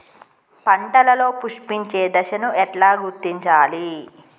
పంటలలో పుష్పించే దశను ఎట్లా గుర్తించాలి?